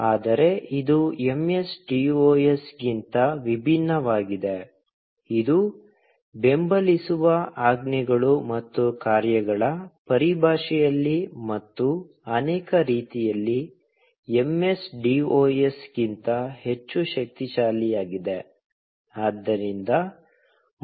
ಆದರೆ ಇದು MSDOS ಗಿಂತ ವಿಭಿನ್ನವಾಗಿದೆ ಇದು ಬೆಂಬಲಿಸುವ ಆಜ್ಞೆಗಳು ಮತ್ತು ಕಾರ್ಯಗಳ ಪರಿಭಾಷೆಯಲ್ಲಿ ಮತ್ತು ಅನೇಕ ರೀತಿಯಲ್ಲಿ MSDOS ಗಿಂತ ಹೆಚ್ಚು ಶಕ್ತಿಶಾಲಿಯಾಗಿದೆ